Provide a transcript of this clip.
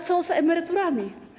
Co z emeryturami?